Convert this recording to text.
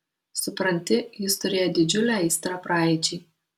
supranti jis turėjo didžiulę aistrą praeičiai